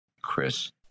Chris